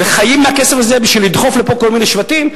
וחיים מהכסף הזה בשביל לדחוף לפה כל מיני שבטים?